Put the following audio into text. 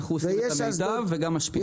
אנחנו עושים את המיטב וגם משפיעים.